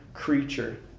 creature